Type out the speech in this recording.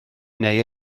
neu